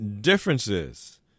differences